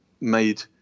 made